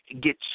get